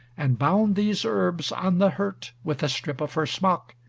and bound these herbs on the hurt with a strip of her smock,